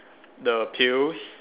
the pails